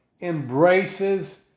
embraces